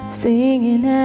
singing